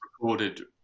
recorded